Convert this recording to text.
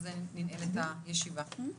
ובזה ננעלת הישיבה.